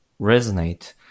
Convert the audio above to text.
resonate